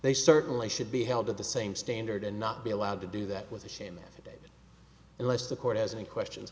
they certainly should be held to the same standard and not be allowed to do that with a shaman unless the court has any questions